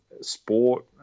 sport